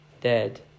dead